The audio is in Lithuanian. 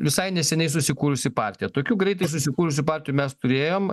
visai neseniai susikūrusi partija tokių greitai susikūrusių partijų mes turėjom